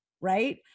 Right